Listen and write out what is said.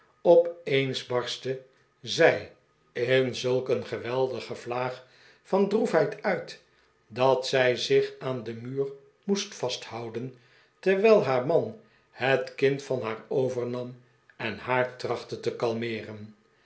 op eens barstte zij in zulk een geweldige vlaag van droefheid uit dat zij zich aan den muur moest vasthouden terwijl haar man het kind van haar overnam en haar trachtte te kalmeere'n